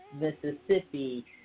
Mississippi